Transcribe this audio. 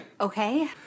Okay